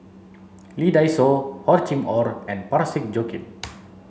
Lee Dai Soh Hor Chim Or and Parsick Joaquim